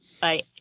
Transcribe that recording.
Bye